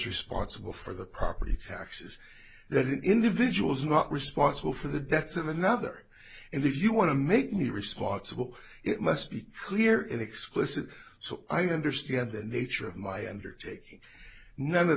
responsible for the property taxes that individual is not responsible for the debts of another and if you want to make me responsible it must be clear in explicit so i understand the nature of my undertaking none of